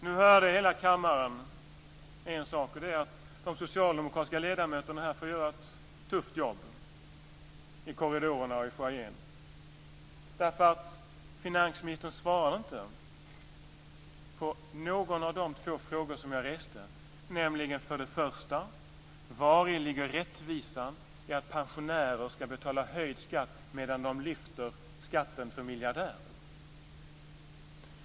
Nu hörde hela kammaren en sak, nämligen att de socialdemokratiska ledamöterna får göra ett tufft jobb i korridorerna och foajén eftersom finansministern inte svarar på någon av de två frågor som jag reste. Den första frågan jag ställde var: Vari ligger rättvisan i att pensionärer ska betala höjd skatt samtidigt som skatten för miljardärer lyfts?